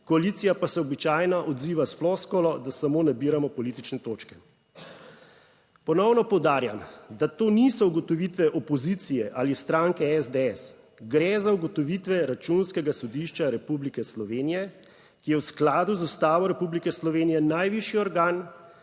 koalicija pa se običajno odziva s floskulo, da samo nabiramo politične točke. Ponovno poudarjam, da to niso ugotovitve opozicije ali stranke SDS, gre za ugotovitve Računskega sodišča Republike Slovenije, ki je v skladu z Ustavo Republike Slovenije najvišji organ